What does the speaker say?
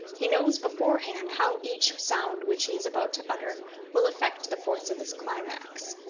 he knows beforehand how each sound which he is about to utter will affect the force of his climax.